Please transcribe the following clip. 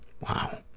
Wow